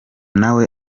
nawe